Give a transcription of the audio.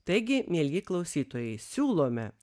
taigi mieli klausytojai siūlome